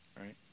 Right